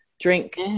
drink